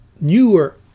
newer